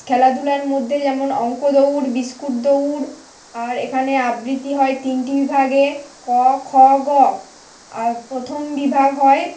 খেলাধুলার মধ্যে যেমন অংক দৌড় বিস্কুট দৌড় আর এখানে আবৃতি হয় তিনটি বিভাগে ক খ গ আর প্রথম বিভাগ হয়